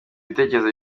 ibitekerezo